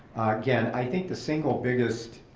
again, i think the single biggest